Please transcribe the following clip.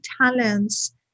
talents